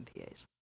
MPAs